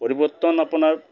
পৰিৱৰ্তন আপোনাৰ